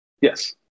Yes